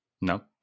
No